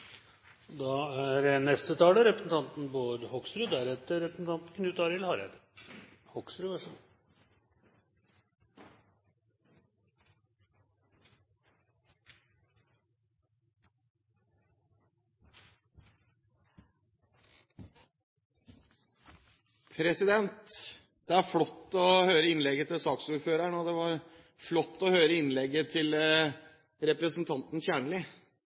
da Venstre styrte samferdselsdepartementet, og mer må til i årene som kommer. Det vil dagens regjeringspartier sørge for. Det var flott å høre innlegget til saksordføreren, og det var flott å høre innlegget til representanten Kjernli.